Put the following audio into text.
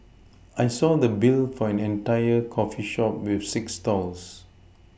I saw the Bill for an entire coffee shop with six stalls